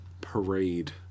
Parade